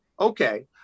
okay